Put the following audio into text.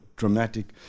Dramatic